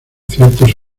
ciertos